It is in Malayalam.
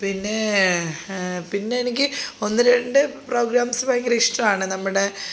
പിന്നേ പിന്നെയെനിക്ക് ഒന്നു രണ്ടു പ്രോഗ്രാംസ് ഭയങ്കര ഇഷ്ടമാണ് നമ്മുടെ